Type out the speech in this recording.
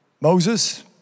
Moses